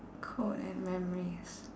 code and memories